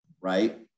right